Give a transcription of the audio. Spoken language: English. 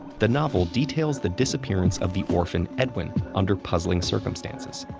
the novel details the disappearance of the orphan edwin under puzzling circumstances.